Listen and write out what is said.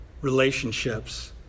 relationships